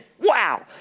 Wow